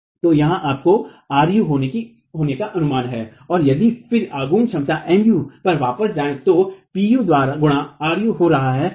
तो यहाँ आपको ru होने का अनुमान है और यदि फिर आघूर्ण क्षमता Mu पर वापस जायें तो Pu गुणा ru हो रहा है